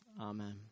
amen